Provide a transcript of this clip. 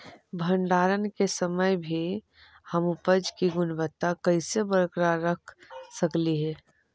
भंडारण के समय भी हम उपज की गुणवत्ता कैसे बरकरार रख सकली हे?